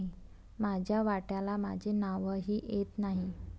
माझ्या वाट्याला माझे नावही येत नाही